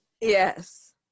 yes